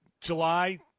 July